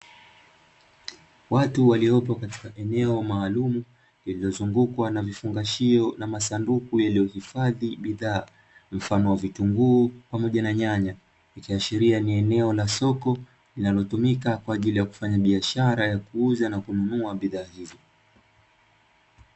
Watu waliopo katika eneo maalumu lililozungukwa na vifungashio na masanduku yaliyohifadhi bidhaa, mfano wa vitunguu pamoja na nyanya ikiashiria ni eneo la soko linalotumika kwa ajili ya kufanya biashara ya kuuza na kununua bidhaa hizo.